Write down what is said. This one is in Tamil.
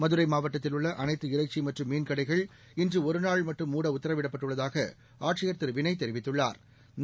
மதுரை மாவட்டத்தில் உள்ள அளைத்து இறைச்சி மற்றும் மீன் கடைகள் இன்று ஒரு நாள் மட்டும் மூட உத்தரவிடப்பட்டுள்ளதாக ஆட்சியா் திரு வினய் தெரிவித்துள்ளாா்